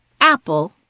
Apple